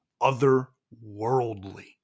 otherworldly